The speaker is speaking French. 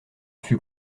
fut